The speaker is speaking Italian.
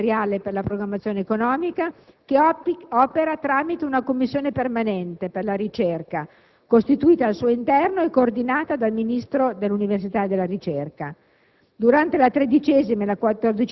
approvato dal Comitato interministeriale per la programmazione economica, che opera tramite una Commissione permanente per la ricerca, costituita al suo interno e coordinata dal Ministro dell'università e della ricerca.